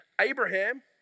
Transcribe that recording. Abraham